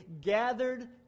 gathered